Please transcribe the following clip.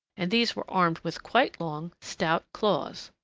and these were armed with quite long, stout claws.